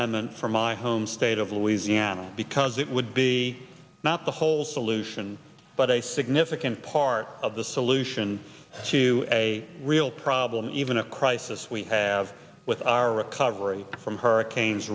ment from my home state of louisiana because it would be not the whole solution but a significant part of the solution to a real problem even a crisis we have with our recovery from hurricanes